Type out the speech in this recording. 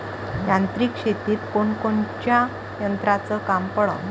यांत्रिक शेतीत कोनकोनच्या यंत्राचं काम पडन?